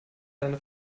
deine